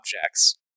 objects